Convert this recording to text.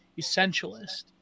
essentialist